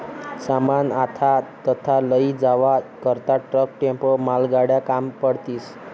सामान आथा तथा लयी जावा करता ट्रक, टेम्पो, मालगाड्या काम पडतीस